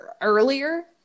earlier